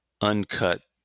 uncut